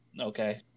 Okay